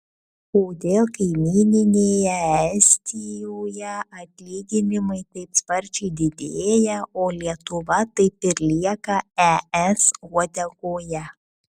kodėl kaimynėje estijoje atlyginimai taip sparčiai didėja o lietuva taip ir lieka es uodegoje